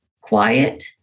quiet